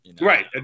Right